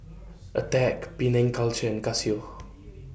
Attack Penang Culture and Casio